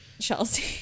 chelsea